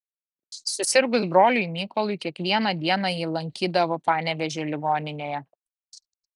susirgus broliui mykolui kiekvieną dieną jį lankydavo panevėžio ligoninėje